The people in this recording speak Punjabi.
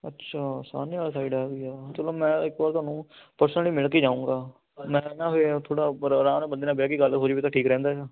ਅੱਛਾ ਸਾਹਨੇਵਾਲ ਸਾਈਡ ਹੈਗੀ ਆ ਚਲੋ ਮੈਂ ਇਕ ਵਾਰ ਤੁਹਾਨੂੰ ਪਰਸਨਲੀ ਮਿਲ ਕੇ ਜਾਊਂਗਾ ਮੈਂ ਨਾ ਥੋੜ੍ਹਾ ਆਰਾਮ ਬੰਦੇ ਨਾਲ ਬਹਿ ਕੇ ਗੱਲ ਹੋ ਜਾਵੇ ਤਾਂ ਠੀਕ ਰਹਿੰਦਾ ਆ